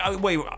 Wait